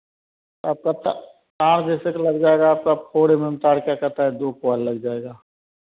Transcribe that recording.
आपका ता तार जैसे कि लग जाएगा आपका फोर एम एम तार क्या कहता है दो क्वाईल लग जाएगा